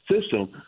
system